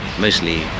mostly